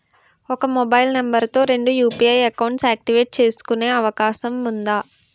ఒక mobile number తో రెండు యు.పి.ఐ అకౌంట్స్ యాక్టివేట్ చేసుకునే అవకాశం వుందా?